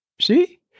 See